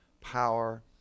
power